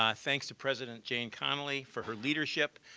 um thanks to president jane conoley for her leadership.